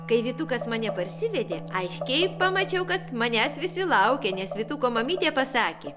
kai vytukas mane parsivedė aiškiai pamačiau kad manęs visi laukia nes vytuko mamytė pasakė